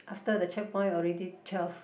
after the checkpoint already twelve